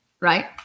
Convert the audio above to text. Right